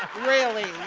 really